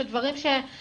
של דברים שילדים,